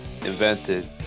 invented